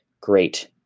great